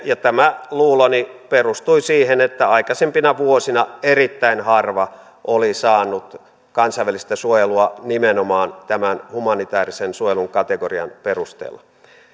ja tämä luuloni perustui siihen että aikaisempina vuosina erittäin harva oli saanut kansainvälistä suojelua nimenomaan tämän humanitäärisen suojelun kategorian perusteella